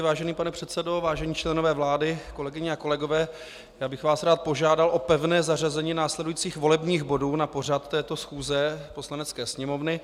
Vážený pane předsedo, vážení členové vlády, kolegyně a kolegové, rád bych vás požádal o pevné zařazení následujících volebních bodů na pořad této schůze Poslanecké sněmovny.